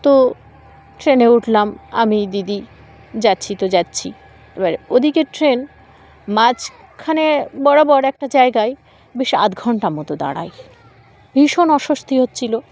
তো ট্রেনে উঠলাম আমি দিদি যাচ্ছি তো যাচ্ছি এবার ওদিকের ট্রেন মাঝখানে বরাবর একটা জায়গায় বেশ আধ ঘণ্টার মতো দাঁড়ায় ভীষণ অস্বস্তি হচ্ছিল